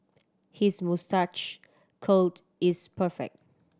his moustache curled is perfect